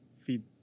feed